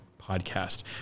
podcast